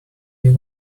you